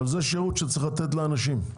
אבל זה שירות שצריך לתת לאנשים.